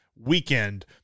weekend